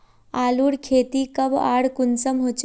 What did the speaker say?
आलूर खेती कब आर कुंसम होचे?